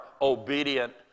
obedient